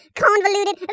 convoluted